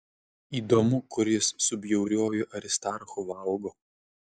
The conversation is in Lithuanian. įdomu kur jis su bjauriuoju aristarchu valgo